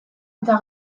eta